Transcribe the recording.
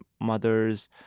mother's